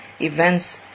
events